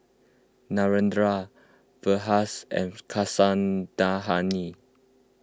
Narendra Verghese and Kasinadhuni